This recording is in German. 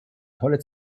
tolle